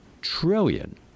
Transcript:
trillion